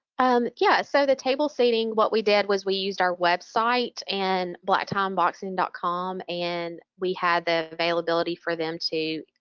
and yeah, so the table seating what we did was we used our website and blacktieandboxing dot com and we had the availability for them to,